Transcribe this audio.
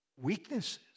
weaknesses